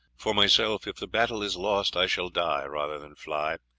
for myself, if the battle is lost i shall die rather than fly.